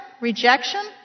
rejection